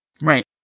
Right